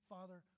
Father